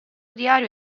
diario